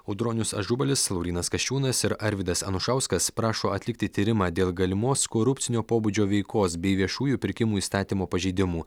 audronius ažubalis laurynas kasčiūnas ir arvydas anušauskas prašo atlikti tyrimą dėl galimos korupcinio pobūdžio veikos bei viešųjų pirkimų įstatymo pažeidimų